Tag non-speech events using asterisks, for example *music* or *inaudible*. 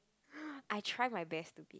*noise* I try my best to